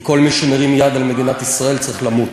כי כל מי שמרים יד על מדינת ישראל צריך למות.